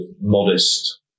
modest